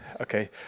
Okay